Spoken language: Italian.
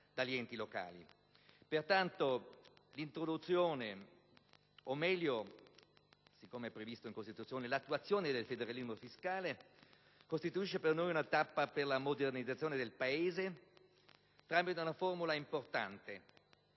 Pertanto, l'introduzione, o meglio (visto che è previsto dalla Costituzione) l'attuazione del federalismo fiscale, costituisce per noi una tappa per la modernizzazione del Paese, da realizzare tramite una formula importante: